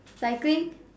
cycling